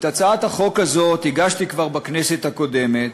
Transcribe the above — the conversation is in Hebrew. את הצעת החוק הזאת הגשתי כבר בכנסת הקודמת,